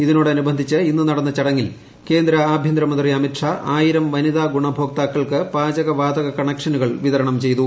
ഇതിനോടനുബന്ധിച്ച് ഇന്ന് നടന്ന ചടങ്ങിൽ കേന്ദ്ര ആഭ്യന്തരമന്ത്രി അമിത് ഷാ ആയിരം വനിതാ ഗുണഭോക്താക്കൾക്ക് പാചകവാതക കണക്ഷനുകൾ വിതരണം ചെയ്തു